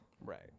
Right